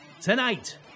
Tonight